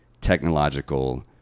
technological